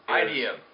Idiom